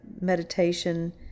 meditation